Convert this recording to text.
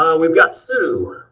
um we've got sue.